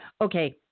Okay